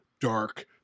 dark